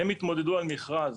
הן התמודדו על מכרז.